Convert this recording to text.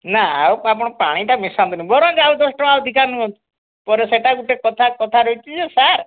ନା ଆଉ ଆପଣ ପାଣିଟା ମିଶାନ୍ତୁନି ବରଂ ଆଉ ଦଶ ଟଙ୍କା ଅଧିକା ନୁଅନ୍ତୁ ପରେ ସେଇଟା ଗୋଟେ କଥା କଥା ରହିଛି ଯେ ସାର୍